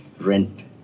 rent